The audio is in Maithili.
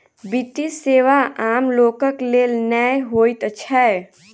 वित्तीय सेवा आम लोकक लेल नै होइत छै